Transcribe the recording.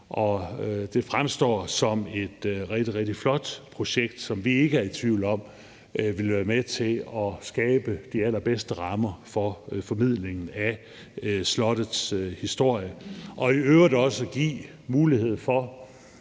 det fremstår som et rigtig, rigtig flot projekt, som vi ikke er i tvivl om vil være med til at skabe de allerbedste rammer for formidlingen af slottets historie og, tror jeg, i øvrigt også give en mulighed for